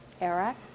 Eric